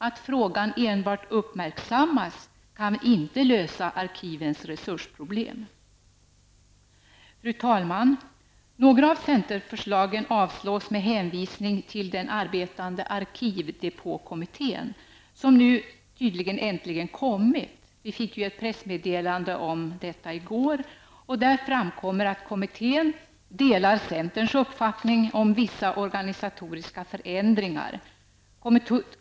Att frågan enbart uppmärksammas kan inte lösa arkivens resursproblem! Fru talman! Några av centerförslagen avslås med hänvisning till den arbetande arkivdepåkommittén, som nu tydligen äntligen kommit. Vi fick ett pressmeddelande om detta i går. Där framkommer att kommittén delar centerns uppfattning om vissa organisatoriska förändringar.